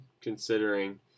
considering